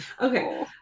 Okay